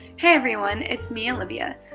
hey everyone, it's me olivia.